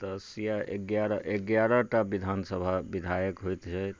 दस या एगारह एगारह टा विधानसभा विधायक होइत छै